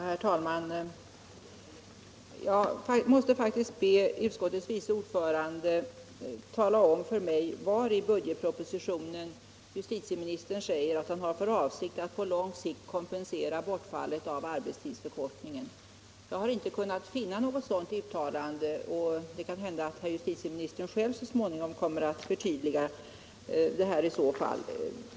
Herr talman! Jag måste faktiskt be utskottets vice ordförande tala om för mig var i budgetpropositionen justitieministern säger att han har för avsikt att på lång sikt kompensera bortfallet genom arbetstidsförkortningen. Jag har inte kunnat finna något sådant uttalande. Det kan ju hända att herr justitieministern själv så småningom kommer att förtydliga det här.